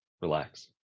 Relax